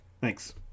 thanks